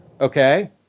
Okay